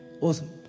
awesome